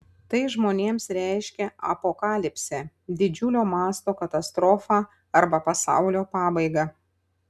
tai žmonėms reiškia apokalipsę didžiulio mąsto katastrofą arba pasaulio pabaigą